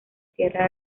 sierra